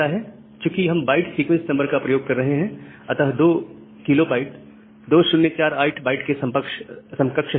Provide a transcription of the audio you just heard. चूकि हम byte sequence number का प्रयोग कर रहे हैं अतः 2 KB 2048 बाइट के समकक्ष है